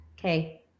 Okay